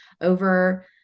over